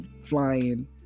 flying